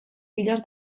filles